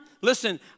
listen